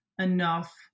enough